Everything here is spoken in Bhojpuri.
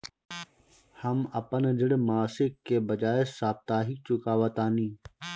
हम अपन ऋण मासिक के बजाय साप्ताहिक चुकावतानी